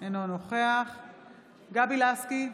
אינו נוכח גבי לסקי,